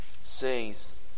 says